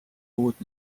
puud